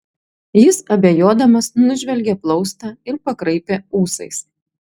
jis abejodamas nužvelgė plaustą ir pakraipė ūsais